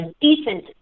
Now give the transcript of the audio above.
decent